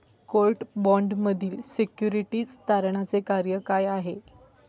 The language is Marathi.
कोर्ट बाँडमधील सिक्युरिटीज तारणाचे कार्य काय आहे?